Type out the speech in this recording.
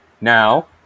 Now